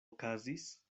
okazis